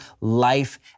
life